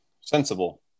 Sensible